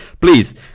Please